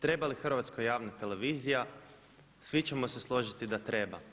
Treba li Hrvatskoj javna televizija, svi ćemo se složiti da treba.